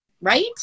right